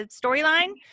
storyline